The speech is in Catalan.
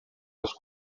les